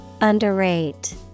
Underrate